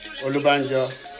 Olubanjo